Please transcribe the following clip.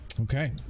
Okay